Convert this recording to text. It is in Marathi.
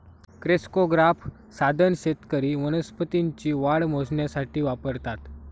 क्रेस्कोग्राफ साधन शेतकरी वनस्पतींची वाढ मोजण्यासाठी वापरतात